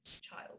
child